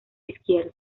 izquierdo